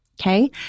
okay